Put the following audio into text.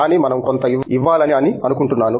కానీ మనం కొంత ఇవ్వాలి అని అనుకుంటున్నాను